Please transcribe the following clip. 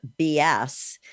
BS